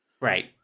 Right